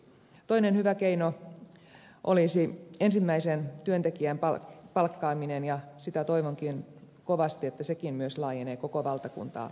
toinen hyvä keino olisi ensimmäisen työntekijän palkkaamisen tukeminen ja sitä toivonkin että sekin laajenee koko valtakuntaa käsittäväksi